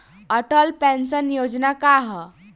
Atal pension Yojana का ह?